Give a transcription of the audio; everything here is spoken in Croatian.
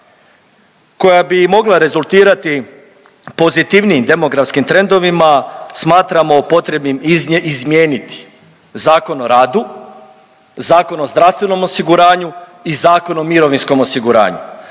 koja bi mogla rezultirati pozitivnijim demografskim trendovima smatramo potrebnim izmijeniti Zakon o radu, Zakon o zdravstvenom osiguranju i Zakon o mirovinskom osiguranju.